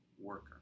worker